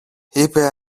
είπε